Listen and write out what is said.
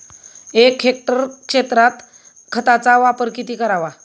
एक हेक्टर क्षेत्रात खताचा वापर किती करावा?